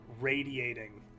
radiating